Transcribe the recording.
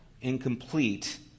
incomplete